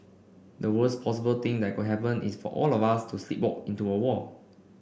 the worst possible thing that could happen is for us all to sleepwalk into a war